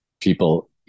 people